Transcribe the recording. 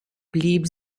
blieb